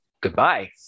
goodbye